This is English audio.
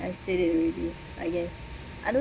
I said it already but yes I don't